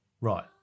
Right